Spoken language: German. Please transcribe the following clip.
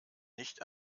nicht